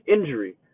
injury